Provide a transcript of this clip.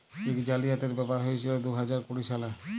ইক জালিয়াতির ব্যাপার হঁইয়েছিল দু হাজার কুড়ি সালে